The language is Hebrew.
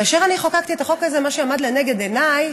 כאשר אני חוקקתי את החוק הזה, מה שעמד לנגד עיניי